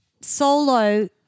solo –